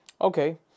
okay